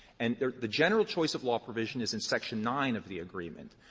and the the general choice of law provision is in section nine of the agreement,